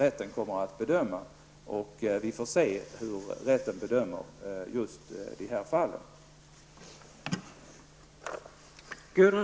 Rätten kommer att bedöma det enskilda fallet, och vi får se hur rätten bedömer just de här fallen.